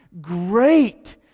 great